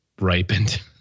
ripened